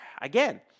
again